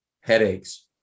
headaches